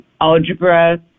algebra